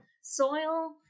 soil